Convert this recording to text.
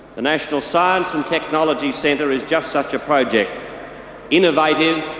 the national science and technology centre is just such a project innovative,